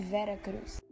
Veracruz